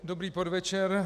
Dobrý podvečer.